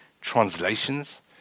translations